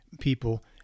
people